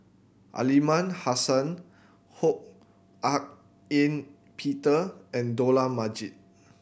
Aliman Hassan Ho Hak Ean Peter and Dollah Majid